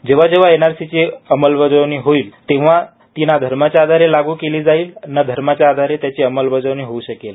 जेव्हा जेव्हा एनआरसीची अंमलबजावणी होईल तेव्हा ती ना धर्माच्या आधारे लागू केली जाईल आणि न धर्माच्या आधारे त्याची अंमलबजावणी होऊ शकेल